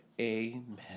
amen